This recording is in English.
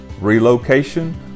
relocation